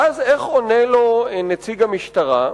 ואז, איך עונה לו נציג המשטרה?